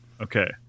Okay